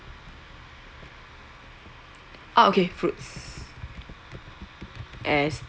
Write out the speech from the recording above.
ah okay fruits as